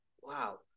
wow